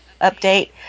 Update